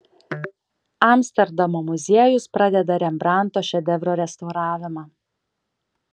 amsterdamo muziejus pradeda rembrandto šedevro restauravimą